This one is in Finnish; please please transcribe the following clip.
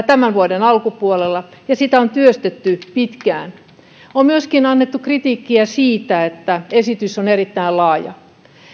tämän vuoden alkupuolella ja sitä on työstetty pitkään on myöskin annettu kritiikkiä siitä että esitys on erittäin laaja